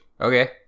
Okay